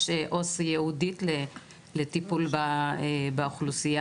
יש שם עו"ס ייעודית לטיפול באוכלוסייה.